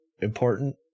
important